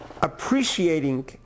appreciating